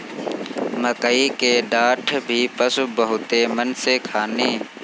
मकई के डाठ भी पशु बहुते मन से खाने